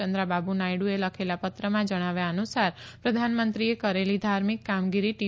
ચંદ્રાબાબ્ નાયડ઼એ લખેલા પત્રમાં જણાવ્યા અનુસાર પ્રધાનમંત્રીએ કરેલી ધાર્મિક કામગીરી ટી